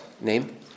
name